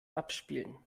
abspielen